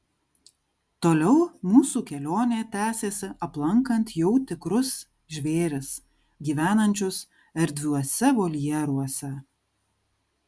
toliau mūsų kelionė tęsėsi aplankant jau tikrus žvėris gyvenančius erdviuose voljeruose